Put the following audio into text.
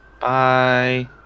Bye